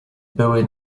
były